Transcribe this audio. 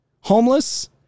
homeless